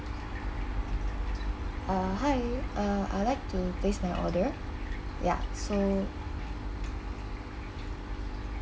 uh hi uh I like to place my order yup so